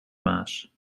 maas